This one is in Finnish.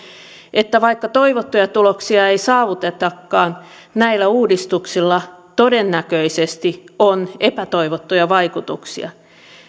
että vaikka toivottuja tuloksia ei saavutetakaan näillä uudistuksilla todennäköisesti on epätoivottuja vaikutuksia